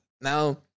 now